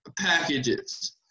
packages